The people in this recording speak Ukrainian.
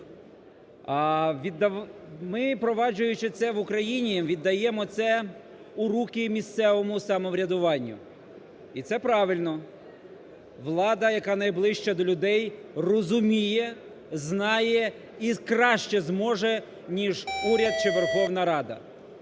Ми, проваджуючи це в Україні, віддаємо це у руки місцевому самоврядуванню. І це правильно. Влада, яка найближча до людей розуміє, знає і краще зможе ніж уряд чи Верховна Рада.